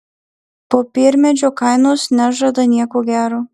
popiermedžio kainos nežada nieko gero